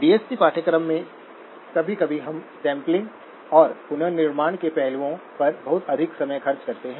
DSP पाठ्यक्रम में कभी कभी हम सैंपलिंग और पुनर्निर्माण के पहलुओं पर बहुत अधिक समय खर्च करते हैं